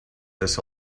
this